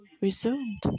resumed